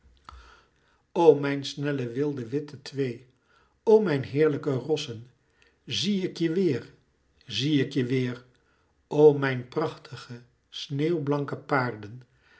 o mijn snelle wilde witte twee o mijn heerlijke rossen zie ik je weêr zie ik je weêr o mijn prachtige sneeuwblanke paarden